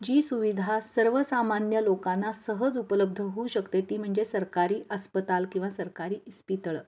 जी सुविधा सर्वसामान्य लोकांना सहज उपलब्ध होऊ शकते ती म्हणजे सरकारी अस्पताल किंवा सरकारी इस्पितळं